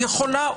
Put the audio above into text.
היא יכולה.